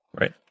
Right